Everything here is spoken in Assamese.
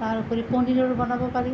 তাৰ উপৰি পনীৰৰ বনাব পাৰি